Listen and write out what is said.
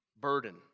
burden